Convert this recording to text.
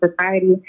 society